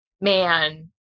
man